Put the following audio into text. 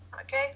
Okay